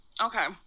Okay